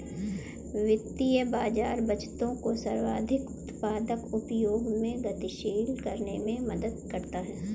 वित्तीय बाज़ार बचतों को सर्वाधिक उत्पादक उपयोगों में गतिशील करने में मदद करता है